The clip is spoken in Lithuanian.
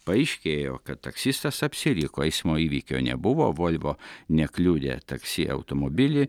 paaiškėjo kad taksistas apsiriko eismo įvykio nebuvo volvo nekliudė taksi automobilį